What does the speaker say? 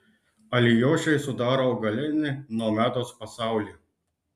alijošiai sudaro augalinį nomedos pasaulį